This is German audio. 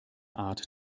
art